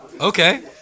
okay